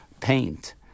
paint